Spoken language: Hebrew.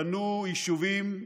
בנו יישובים,